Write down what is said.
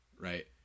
right